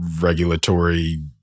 regulatory